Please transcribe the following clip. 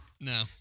No